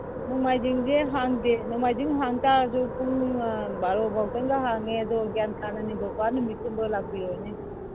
ꯅꯣꯡꯃꯥꯏꯖꯤꯡꯁꯦ ꯍꯥꯡꯗꯦ ꯅꯣꯡꯃꯥꯏꯖꯤꯡ ꯍꯥꯡ ꯇꯥꯔꯁꯨ ꯄꯨꯡ ꯕꯥꯔꯣꯕꯥꯎꯇꯪꯒ ꯍꯥꯡꯉꯦ ꯑꯗꯣ ꯒ꯭ꯌꯥꯟ ꯇꯥꯅ ꯅꯤꯡꯊꯧꯀꯥ ꯅꯨꯃꯤꯠꯀꯨꯝꯕ ꯂꯥꯛꯄꯤꯔꯣꯅꯦ